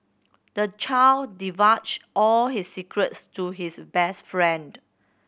the child divulged all his secrets to his best friend